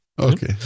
Okay